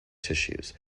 tissues